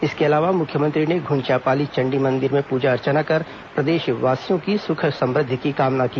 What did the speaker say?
इसके अलावा मुख्यमंत्री ने घ्रंचापाली चण्डी मंदिर में पूजा अर्चना कर प्रदेशवासियों की सुख समृद्वि की कामना की